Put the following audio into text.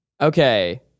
Okay